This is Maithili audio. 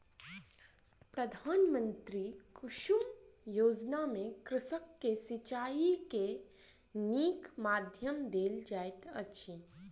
प्रधानमंत्री कुसुम योजना में कृषक के सिचाई के नीक माध्यम देल जाइत अछि